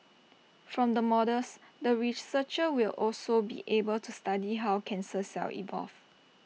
from the models the researchers will also be able to study how cancer cells evolve